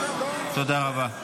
תודה רבה.